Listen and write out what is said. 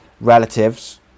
relatives